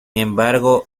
embargo